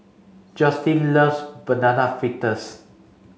Joycelyn loves banana fritters